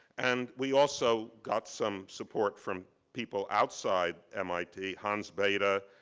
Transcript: and we also got some support from people outside mit, hans but